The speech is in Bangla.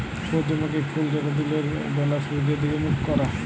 সূর্যমুখী ফুল যেট দিলের ব্যালা সূর্যের দিগে মুখ ক্যরে